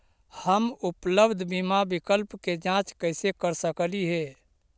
हम उपलब्ध बीमा विकल्प के जांच कैसे कर सकली हे?